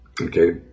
okay